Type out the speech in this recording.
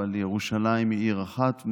אבל ירושלים היא עיר אחת,